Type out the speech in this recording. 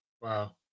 Wow